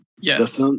Yes